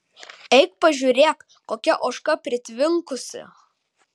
eik pažiūrėk kokia ožka pritvinkusi